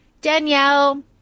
Danielle